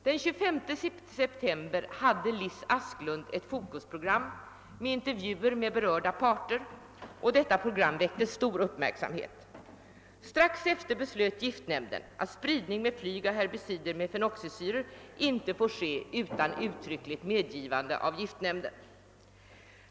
Den 25 september hade Lis Asklund ett Fokus-program med intervjuer med berörda parter, och detta program väckte stor uppmärksamhet. Strax efter beslöt giftnämnden att spridning med flyg av herbicider med fenoxisyror inte får ske utan uttryckligt medgivande av giftnämnden.